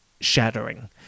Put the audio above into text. shattering